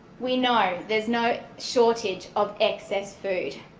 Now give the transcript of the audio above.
we know there's no shortage of excess food.